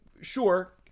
sure